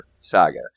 saga